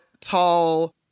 tall